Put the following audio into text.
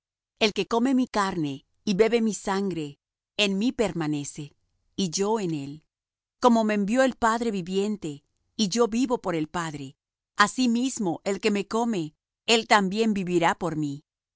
el que come mi carne y bebe mi sangre en mí permanece y yo en él como me envió el padre viviente y yo vivo por el padre asimismo el que me come él también vivirá por mí